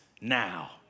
now